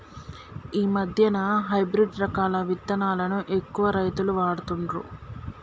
ఈ మధ్యన హైబ్రిడ్ రకాల విత్తనాలను ఎక్కువ రైతులు వాడుతుండ్లు